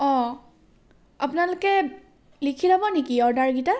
অঁ আপোনালোকে লিখি ল'ব নেকি অৰ্ডাৰকেইটা